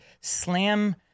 slam